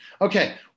Okay